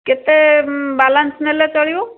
କେତେ ବାଲାନ୍ସ ନେଲେ ଚଳିବ